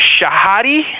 Shahadi